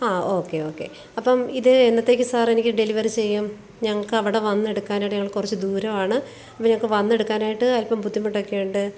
ആ okay okay അപ്പം ഇത് എന്നത്തേക്ക് സാർ എനിക്ക് ഡെലിവറ് ചെയ്യും ഞങ്ങൾക്കവിടെ വന്നെടുക്കാനായിട്ട് ഞങ്ങൾ കുറച്ച് ദൂരമാണ് അപ്പം ഞങ്ങൾക്ക് വന്നെടുക്കാനായിട്ട് അല്പം ബുദ്ധിമുട്ടൊക്കെ ഉണ്ട്